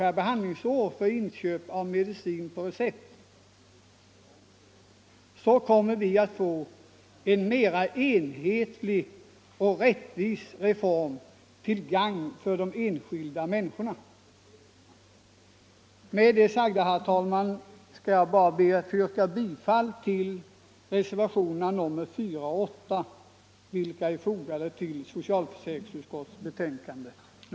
per behandlingsår för inköp av medicin på recept, kommer vi att få en mera enhetlig och rättvis reform till gagn för de enskilda människorna. sjukförsäkringen,